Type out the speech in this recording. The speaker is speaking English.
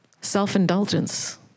Self-indulgence